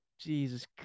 Jesus